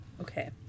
Okay